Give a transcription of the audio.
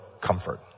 comfort